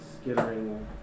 skittering